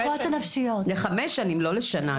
לחמש שנים, לא לשנה.